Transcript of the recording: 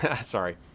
sorry